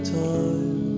time